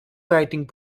writing